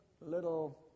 little